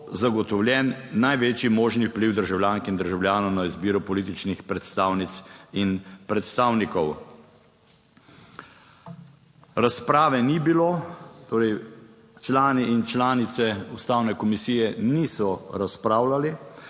zagotovljen največji možni vpliv državljank in državljanov na izbiro političnih predstavnic in predstavnikov. Razprave ni bilo, torej člani in članice Ustavne komisije niso razpravljali,